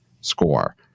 score